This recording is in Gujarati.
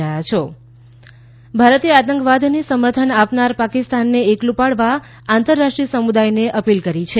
ભારત પાક ભારતે આતંકવાદને સમર્થન આપનાર પાકિસ્તાને એકલું પાડવા આંતરરાષ્ટ્રીય સમુદાયને અપીલ કરી છે